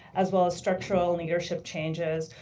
as well as structural and leadership changes.